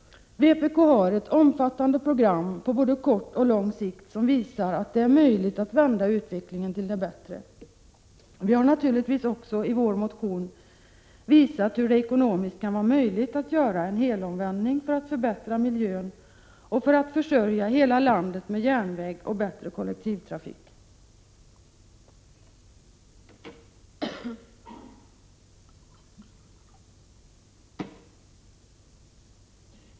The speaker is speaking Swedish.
Vpk har ett omfattande program på både kort och lång sikt, som visar att det är möjligt att vända utvecklingen till det bättre. Vi har naturligtvis också i vår motion visat hur det ekonomiskt kan vara möjligt att göra en helomvändning för att förbättra miljön och för att försörja hela landet med järnväg och bättre kollektivtrafik.